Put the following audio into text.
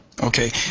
Okay